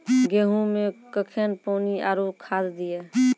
गेहूँ मे कखेन पानी आरु खाद दिये?